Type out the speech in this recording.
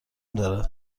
دارد